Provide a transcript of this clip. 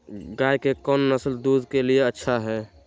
गाय के कौन नसल दूध के लिए अच्छा है?